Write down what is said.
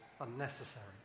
unnecessary